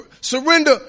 surrender